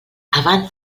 abans